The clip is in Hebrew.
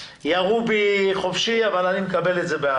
ירו בי חופשי, אבל אני מקבל את זה באהבה.